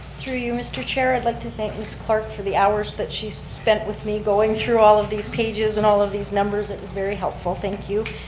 through you, mr. chair, i'd like to thank ms. clark for the hours that she spent with me going through all of these pages and all of these numbers, it was very helpful, thank you.